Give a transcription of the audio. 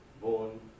born